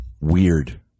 Weird